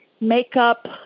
makeup